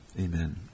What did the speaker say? amen